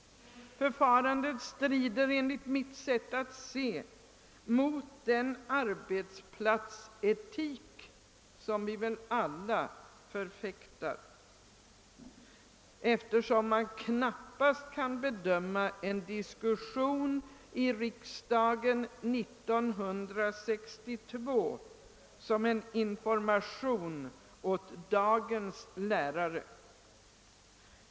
Förfarandet strider enligt mitt sätt att se mot den arbetsplatsetik som vi väl alla förfäktar. En diskussion i riksdagen år 1962 kan knappast anses vara ett informationsunderlag för dagens lärare.